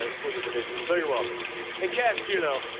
ah for the division. so you're welcome and cashed, you know,